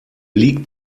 liegt